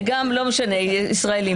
לא משנה, ישראלים בוא נגיד.